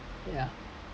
yeah